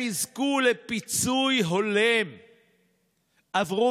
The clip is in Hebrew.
עם ישראל ידע אתגרים גדולים קשים ומורכבים